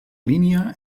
línia